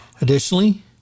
Additionally